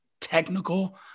technical